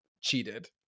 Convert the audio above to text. cheated